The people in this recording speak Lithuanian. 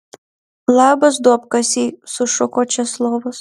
labas duobkasy sušuko česlovas